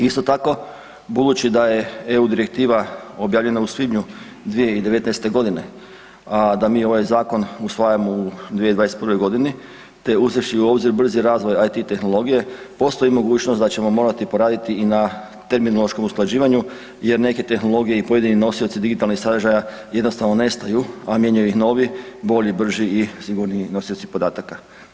Isto tako, budući da je EU direktiva objavljena u svibnju 2019. godine, a da mi ovaj zakon usvajamo u 2021. godini te uzevši u obzir brzi razvoj IT tehnologije postoji mogućnost da ćemo morati poraditi i na terminološkom usklađivanju jer neke tehnologije i pojedini nosioci digitalnih sadržaja jednostavno nestaju, a mijenjaju ih novi, bolji, brži i sigurniji nosioci podataka.